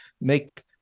make